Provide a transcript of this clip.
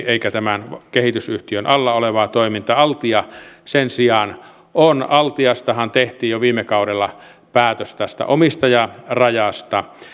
eikä tämän kehitysyhtiön alla olevaa toimintaa altia sen sijaan on altiastahan tehtiin jo viime kaudella päätös omistajarajasta